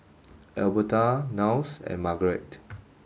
Elberta Niles and Margarete